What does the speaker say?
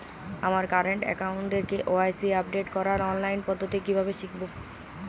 আমার কারেন্ট অ্যাকাউন্টের KYC update করার অনলাইন পদ্ধতি কীভাবে শিখব?